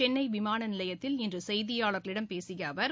சென்னை விமானநிலையத்தில் இன்று செய்தியாளர்களிடம் பேசிய அவர்